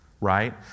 Right